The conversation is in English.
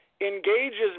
engages